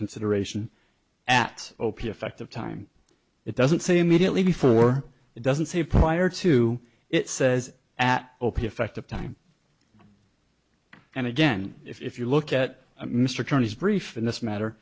consideration at opiate effective time it doesn't say mediately before it doesn't say prior to it says at opiate effective time and again if you look at mr attorneys brief in this matter